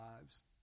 lives